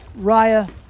Raya